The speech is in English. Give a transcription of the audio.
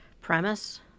premise